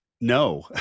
No